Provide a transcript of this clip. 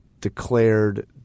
declared